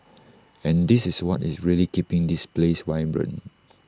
and this is what is really keeping this place vibrant